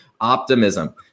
optimism